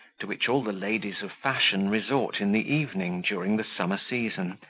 to which all the ladies of fashion resort in the evening during the summer season,